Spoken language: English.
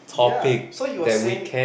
ya so you were saying